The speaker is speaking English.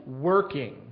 Working